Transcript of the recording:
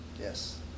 Yes